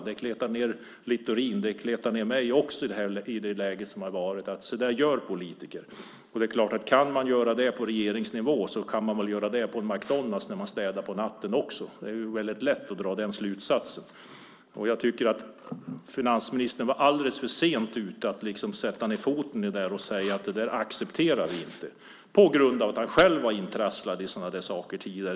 Det kletar ned Littorin, och det kletar ned mig. Det finns en uppfattning om att så gör politiker. Kan man göra det på regeringsnivå så är det klart att man kan göra det på McDonalds när det gäller nattlig städning. Det är lätt att dra den slutsatsen. Jag tycker att finansministern var alldeles för sent ute med att sätta ned foten, och det var ju för att han själv varit intrasslad i sådant tidigare.